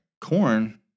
Corn